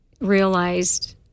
realized